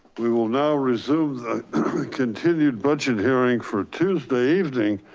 we will now resume continued budget hearing for tuesday evening,